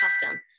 custom